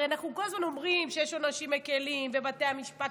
הרי אנחנו כל הזמן אומרים שיש עונשים מקילים ובתי המשפט